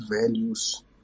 values